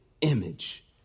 image